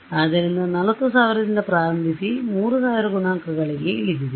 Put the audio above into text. ಆದ್ದರಿಂದ 40000 ರಿಂದ ಪ್ರಾರಂಭಿಸಿ 3000 ಗುಣಾಂಕಗಳಿಗೆ ಇಳಿದಿದೆ